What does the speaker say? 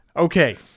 Okay